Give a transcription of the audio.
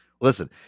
Listen